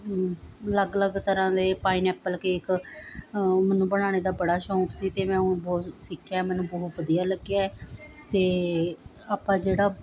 ਅਲੱਗ ਅਲੱਗ ਤਰ੍ਹਾਂ ਦੇ ਪਾਇਨੈਪਲ ਕੇਕ ਮੈਨੂੰ ਬਣਾਉਣ ਦਾ ਬੜਾ ਸ਼ੌਂਕ ਸੀ ਅਤੇ ਮੈਂ ਉਹ ਬਹੁਤ ਸਿੱਖਿਆ ਮੈਨੂੰ ਬਹੁਤ ਵਧੀਆ ਲੱਗਿਆ ਅਤੇ ਆਪਾਂ ਜਿਹੜਾ